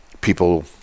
people